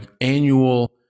annual